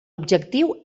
objectiu